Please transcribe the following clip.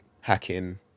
hacking